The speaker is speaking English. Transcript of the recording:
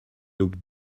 looked